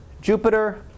Jupiter